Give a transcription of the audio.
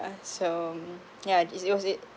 so mm yeah is it was it